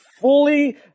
fully